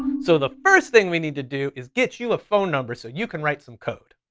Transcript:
so the first thing we need to do is get you a phone number, so you can write some code.